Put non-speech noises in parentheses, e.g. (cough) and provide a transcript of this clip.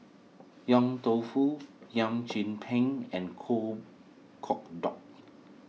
Yong Tau Foo (unintelligible) Chim Peng and Kueh Kodok